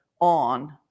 on